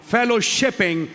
fellowshipping